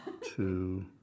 two